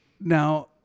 now